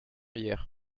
hier